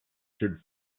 should